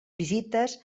visites